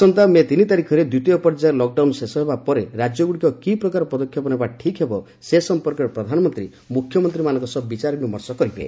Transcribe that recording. ଆସନ୍ତା ମେ ତିନି ତାରିଖରେ ଦ୍ୱିତୀୟ ପର୍ଯ୍ୟାୟ ଲକଡାଉନ୍ ଶେଷ ହେବା ପରେ ରାଜ୍ୟଗୁଡ଼ିକ କି ପ୍ରକାର ପଦକ୍ଷେପ ନେବା ଠିକ୍ ହେବ ସେ ସଂପର୍କରେ ପ୍ରଧାନମନ୍ତ୍ରୀ ମୁଖ୍ୟମନ୍ତ୍ରୀମାନଙ୍କ ସହ ବିଚାରବିମର୍ଶ କରିବେ